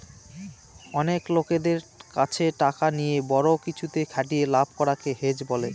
অনেক লোকদের কাছে টাকা নিয়ে বড়ো কিছুতে খাটিয়ে লাভ করাকে হেজ বলে